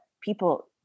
people